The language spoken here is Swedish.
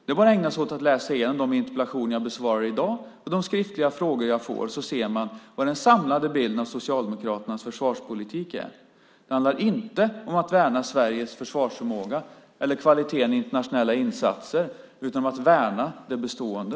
Om man läser igenom de interpellationer jag besvarar i dag och de skriftliga frågor jag får ser man hur den samlade bilden av Socialdemokraternas försvarspolitik ser ut. Det handlar inte om att värna Sveriges försvarsförmåga eller kvaliteten i internationella insatser utan om att värna det bestående.